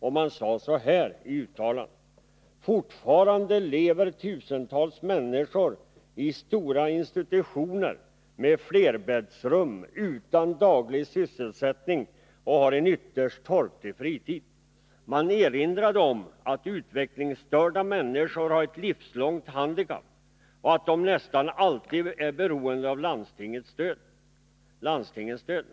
Och man sade i uttalandet: ”Fortfarande lever tusentals människor i stora institutioner med flerbäddsrum utan daglig sysselsättning och har en ytterst torftig fritid.” Man erinrade om att utvecklingsstörda människor har ett livslångt handikapp och att de nästan alltid är beroende av landstingens stöd.